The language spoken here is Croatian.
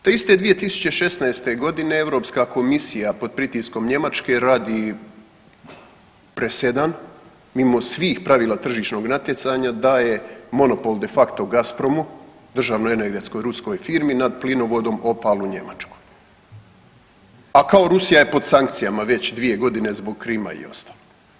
Te iste 2016. godine Europska komisija pod pritiskom Njemačke radi presedan mimo svih pravila tržišnih natjecanja daje monopol de facto Gazpromu državnoj energetskoj ruskoj firmi nad plinovodom Opal u Njemačkoj, a kao Rusija je pod sankcijama već 2 godine zbog Krima i ostalo.